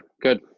Good